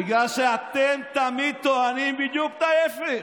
בגלל שאתם תמיד טוענים בדיוק את ההפך.